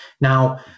now